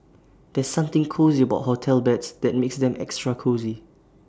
there's something cosy about hotel beds that makes them extra cosy